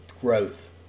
Growth